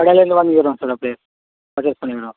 கடைலேருந்து வாங்கிக்குறோம் சார் அப்படியே பர்சஸ் பண்ணிக்கிறோம்